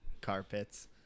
carpets